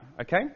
okay